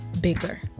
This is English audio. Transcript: bigger